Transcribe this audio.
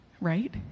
Right